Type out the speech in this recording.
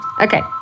Okay